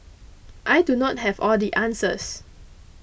I do not have all the answers